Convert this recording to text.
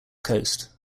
coast